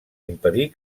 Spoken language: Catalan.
impedir